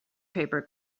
paper